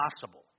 possible